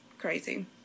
crazy